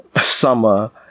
summer